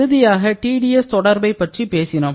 இறுதியாக TdS தொடர்பை பற்றி பேசினோம்